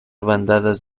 bandadas